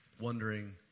wondering